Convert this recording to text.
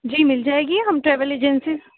جی مل جائے گی ہم ٹریول ایجنسی